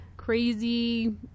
crazy